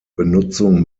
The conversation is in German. benutzung